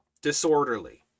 Disorderly